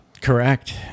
Correct